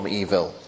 evil